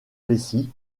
plessis